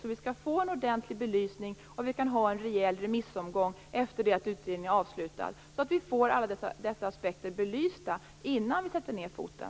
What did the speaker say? På så vis kan vi få en ordentlig belysning och ha en rejäl remissomgång efter det att utredningen är avslutad, så att vi får alla dessa aspekter belysta innan vi sätter ned foten.